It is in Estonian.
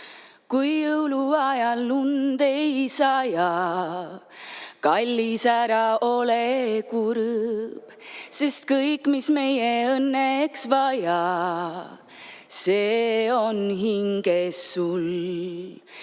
Kui jõuluajal lund ei saja, kallis, ära ole kurb, sest kõik, mis meie õnneks vaja, see on hinges sul.